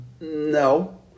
no